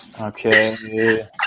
Okay